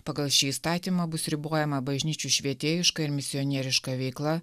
pagal šį įstatymą bus ribojama bažnyčių švietėjiška ir misionieriška veikla